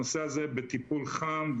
הנושא הזה בטיפול חם.